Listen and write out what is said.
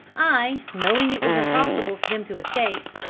i, knowing it was impossible for them to escape,